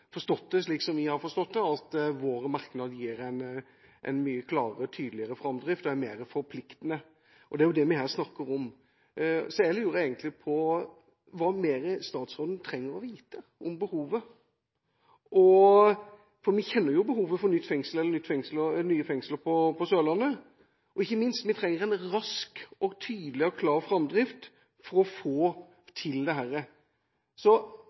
forstått det, og at vår merknad gir en mye klarere og tydeligere framdrift og er mer forpliktende. Det er jo det vi her snakker om. Jeg lurer egentlig på hva mer statsråden trenger å vite om behovet. Vi kjenner jo behovet for nye fengsler på Sørlandet, og ikke minst trenger vi en rask, tydelig og klar framdrift for å få til dette. Hvor mye ekstra tid har statsråden og regjeringa tenkt å bruke på denne saken, som ligger der ferdig? Det